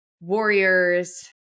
Warriors